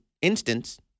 instance